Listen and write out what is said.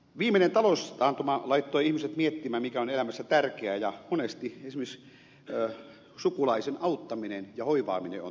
viimeinen taloustaantuma laittoi ihmiset miettimään mikä on elämässä tärkeää ja monesti esimerkiksi sukulaisen auttaminen ja hoivaaminen on tärkeää työtä